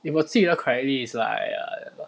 if 我记得 correctly is like err